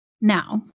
now